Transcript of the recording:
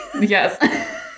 Yes